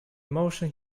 motion